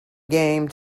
game